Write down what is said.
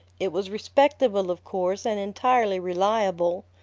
it was respectable, of course, and entirely reliable.